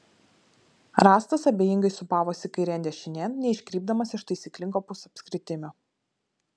rąstas abejingai sūpavosi kairėn dešinėn neiškrypdamas iš taisyklingo pusapskritimio